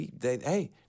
Hey